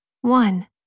One